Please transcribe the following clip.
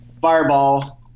Fireball